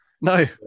No